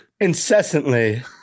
Incessantly